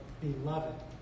beloved